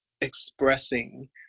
expressing